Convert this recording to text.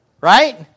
Right